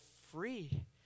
free